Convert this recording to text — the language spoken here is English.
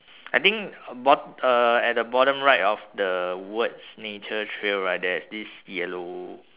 I think bot~ uh at the bottom right of the words nature trail right there's this yellow